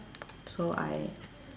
so I